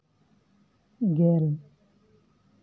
ᱜᱮᱞ